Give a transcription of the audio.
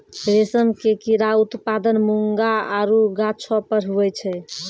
रेशम के कीड़ा उत्पादन मूंगा आरु गाछौ पर हुवै छै